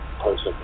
person